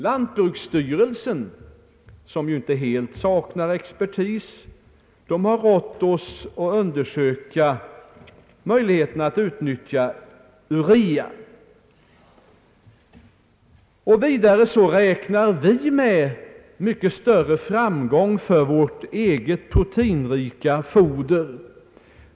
Lantbruksstyrelsen, som inte helt saknar expertis har rått oss undersöka möjligheterna att utnyttja urea. Vidare räknar vi med mycket större framgång för vårt eget proteinrika foder.